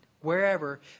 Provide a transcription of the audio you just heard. wherever